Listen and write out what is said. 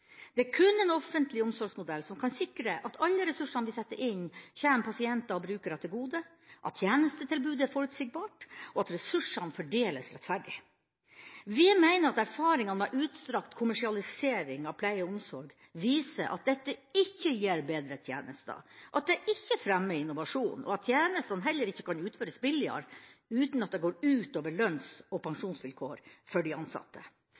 Det er kun en offentlig omsorgsmodell som kan sikre at alle ressursene vi setter inn, kommer pasienter og brukere til gode, at tjenestetilbudet er forutsigbart, og at ressursene fordeles rettferdig. Vi mener at erfaringene av utstrakt kommersialisering av pleie og omsorg viser at dette ikke gir bedre tjenester, at det ikke fremmer innovasjon, og at tjenestene heller ikke kan utføres billigere uten at det går ut over lønns- og pensjonsvilkår for de ansatte.